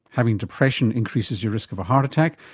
having depression increases your risk of a heart attack,